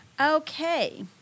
Okay